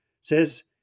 Says